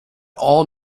all